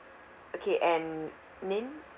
okay and name